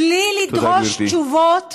בלי לדרוש תשובות